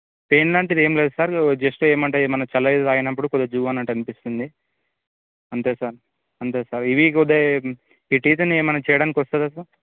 pain లాంటిది ఏం లేదు సార్ జస్ట్ ఏమంటే ఏమన్నా చల్ల నీళ్ళు తాగినప్పుడు కొద్దిగా జువ్ అన్నట్టు అనిపిస్తుంది అంతే సార్ అంతే సార్ ఈ వీక్ ఉదే ఈ టీత్ని ఏమైనా చేయడానికి వస్తుంద సార్